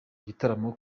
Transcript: igitaramo